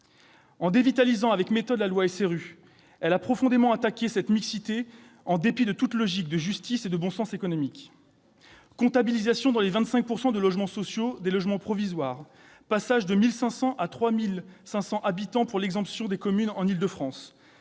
En dévitalisant avec méthode la loi SRU, elle a profondément attaqué cette mixité, en dépit de toute logique de justice et de bon sens économique. Comptabilisation dans les 25 % de logements sociaux des logements provisoires, passage de 1 500 à 3 500 habitants pour l'exemption des communes en Île-de-France